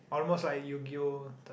almost like Yu-Gi-Oh